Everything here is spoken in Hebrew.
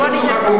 בואו וניתן,